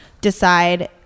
decide